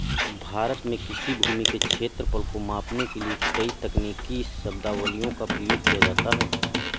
भारत में कृषि भूमि के क्षेत्रफल को मापने के लिए कई तकनीकी शब्दावलियों का प्रयोग किया जाता है